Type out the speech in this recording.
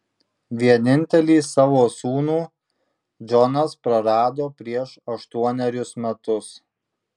vienintelį savo sūnų džonas prarado prieš aštuonerius metus